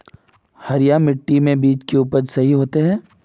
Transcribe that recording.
हरिया मिट्टी में बीज के उपज सही होते है?